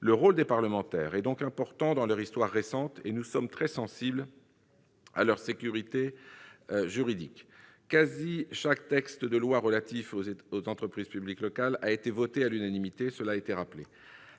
Le rôle des parlementaires est donc important dans leur histoire récente, et nous sommes très sensibles à la question de leur sécurité juridique. Chaque texte de loi relatif aux entreprises publiques locales, ou presque, a été voté à l'unanimité-cela a été rappelé.